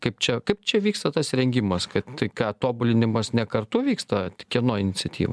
kaip čia kaip čia vyksta tas rengimas kad tai ką tobulinimas ne kartu vyksta kieno iniciatyva